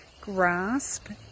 grasp